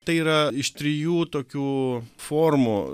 tai yra iš trijų tokių formų